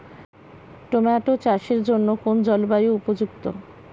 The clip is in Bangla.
টোমাটো চাষের জন্য কোন জলবায়ু উপযুক্ত?